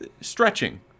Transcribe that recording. stretching